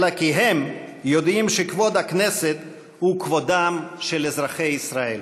אלא כי הם יודעים שכבוד הכנסת הוא כבודם של אזרחי ישראל.